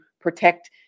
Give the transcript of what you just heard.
protect